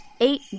Eight